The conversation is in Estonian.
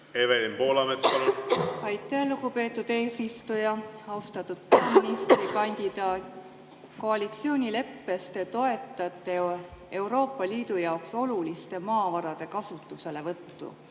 Evelin Poolamets, palun! Aitäh, lugupeetud eesistuja! Austatud peaministrikandidaat! Koalitsioonileppes te toetate Euroopa Liidu jaoks oluliste maavarade kasutuselevõttu.